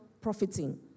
profiting